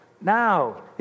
Now